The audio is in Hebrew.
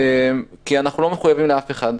כי אנחנו לא מחויבים לאף אחד.